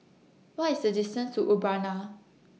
What IS The distance to Urbana